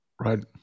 Right